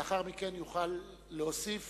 לאחר מכן יוכל להוסיף